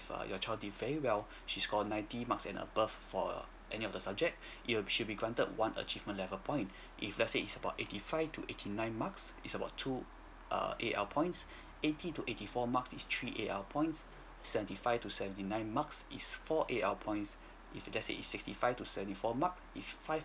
err your child did very well she score ninety marks and above for any of the subject it will she'll be granted one achievement level point if let's say is about eighty five to eighty nine marks is about two err A_L points eighty to eighty four marks is three A_L points seventy five to seventy nine marks is four A_L points if there's a sixty five to seventy four mark is five